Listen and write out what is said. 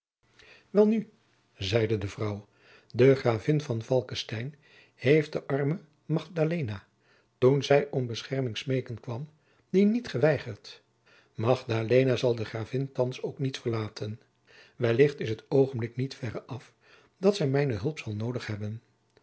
welnu zeide de vrouw de gravin van falckestein heeft de arme magdalena toen zij om bescherming smeken kwam die niet geweigerd magdalena zal de gravin thands ook niet verlaten wellicht is het oogenblik niet verre af dat zij mijne hulp zal noodig hebben